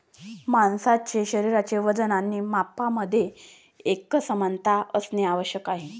माणसाचे शरीराचे वजन आणि मापांमध्ये एकसमानता असणे आवश्यक आहे